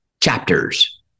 chapters